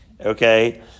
okay